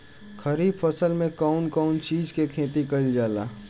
खरीफ फसल मे कउन कउन चीज के खेती कईल जाला?